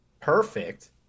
perfect